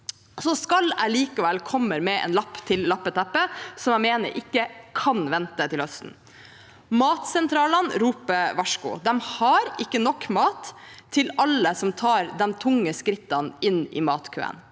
Jeg skal likevel komme med en lapp til lappeteppet som jeg mener ikke kan vente til høsten. Matsentralene roper varsko, de har ikke nok mat til alle som tar de tunge skrittene inn i matkøen.